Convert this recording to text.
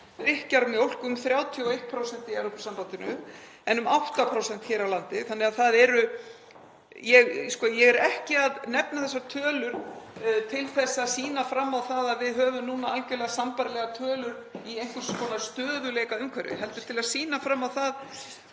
Ég er ekki að nefna þessar tölur til að sýna fram á að við höfum núna algerlega sambærilegar tölur í einhvers konar stöðugleikaumhverfi heldur til að sýna fram á hvað